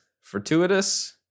fortuitous